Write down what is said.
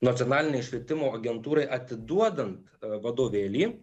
nacionalinei švietimo agentūrai atiduodant vadovėlį